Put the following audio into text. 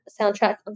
soundtrack